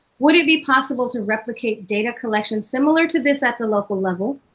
would it be possible to replicate data collection similar to this at the local level,